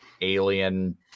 alien